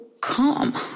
calm